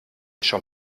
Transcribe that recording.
schon